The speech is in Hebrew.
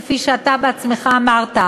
כפי שאתה בעצמך אמרת,